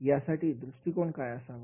यासाठी दृष्टिकोन काय असावा